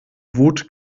wut